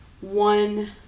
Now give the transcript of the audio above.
one